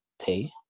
pay